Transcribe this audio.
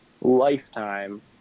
lifetime